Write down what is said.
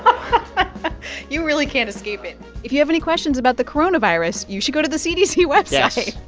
um you really can't escape it if you have any questions about the coronavirus, you should go to the cdc website yes.